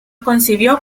concibió